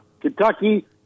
Kentucky